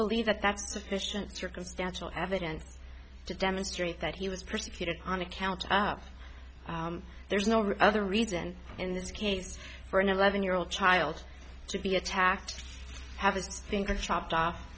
believe that that's sufficient circumstantial evidence to demonstrate that he was persecuted on account there's no real other reason in this case for an eleven year old child to be attacked have used think of chopped off